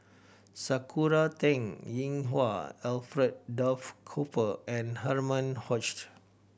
Sakura Teng Ying Hua Alfred Duff Cooper and Herman Hochstadt